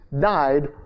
died